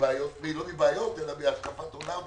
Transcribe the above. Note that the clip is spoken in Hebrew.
בהשקפת עולם.